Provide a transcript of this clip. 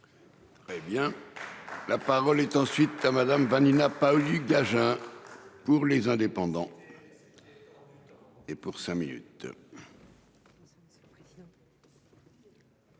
Très bien. La parole est ensuite à Madame Vanina Paoli-Gagin. Pour les indépendants. Et pour cinq minutes.